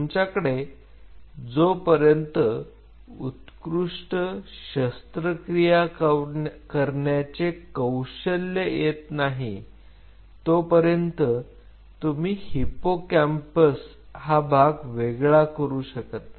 तुमच्याकडे जोपर्यंत उत्कृष्ट शस्त्रक्रिया करण्याचे कौशल्य येत नाही तोपर्यंत तुम्ही हिप्पोकॅम्पस हा भाग वेगळा करू शकत नाही